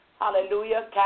Hallelujah